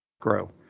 grow